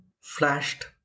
flashed